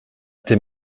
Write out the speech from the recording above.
tes